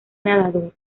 nadador